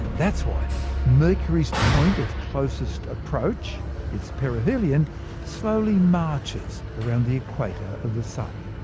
that's why mercury's point of closest approach its perihelion slowly marches around the equator of the sun.